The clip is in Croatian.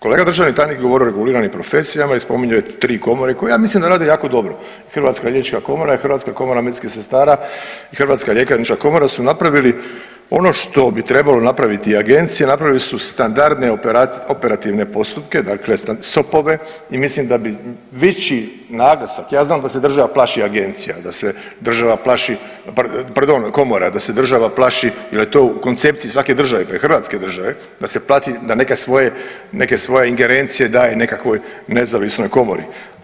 Kolega državni tajnik je govorio o reguliranim profesijama i spominjao je tri komore koje mislim da rade jako dobro i Hrvatska liječnička komora i Hrvatska komora medicinskih sestara i Hrvatska ljekarnička komora su napravili ono što bi trebala napraviti i agencija napravili su standardne operativne postupke, dakle sopove i mislim da bi veći naglasak ja znam da se država plaši agencija, da se država plaši, pardon komora, da se državi plaši jer je to u koncepciji svake države pa i Hrvatske države da se plaši da neke svoje ingerencije daje nekakvoj nezavisnoj komori.